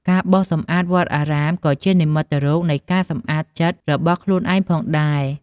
ការបោសសម្អាតវត្តអារាម ក៏ជានិមិត្តរូបនៃការសម្អាតចិត្តរបស់ខ្លួនឯងផងដែរ។